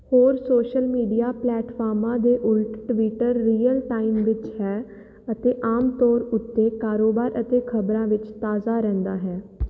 ਹੋਰ social media ਪਲੈਟਫਾਰਮਾਂ ਦੇ ਉਲਟ ਟਵਿੱਟਰ ਰੀਅਲ ਟਾਈਮ ਵਿੱਚ ਹੈ ਅਤੇ ਆਮ ਤੌਰ ਉੱਤੇ ਕਾਰੋਬਾਰ ਅਤੇ ਖ਼ਬਰਾਂ ਵਿੱਚ ਤਾਜ਼ਾ ਰਹਿੰਦਾ ਹੈ